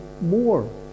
more